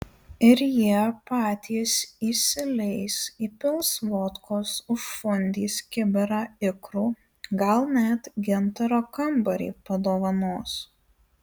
ir jie patys įsileis įpils vodkos užfundys kibirą ikrų gal net gintaro kambarį padovanos